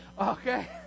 Okay